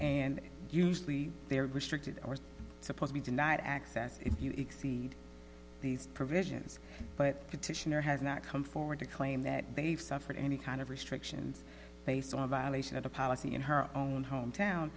and usually they're restricted or supposed be denied access if you exceed these provisions but petitioner has not come forward to claim that they've suffered any kind of restrictions based on violation of the policy in her own hometown